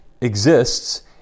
exists